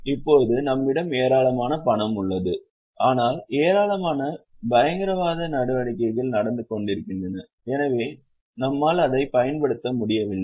இப்போது நம்மிடம் ஏராளமான பணம் உள்ளது ஆனால் ஏராளமான பயங்கரவாத நடவடிக்கைகள் நடந்து கொண்டிருக்கின்றன எனவே நம்மால் அதைப் பயன்படுத்த முடியவில்லை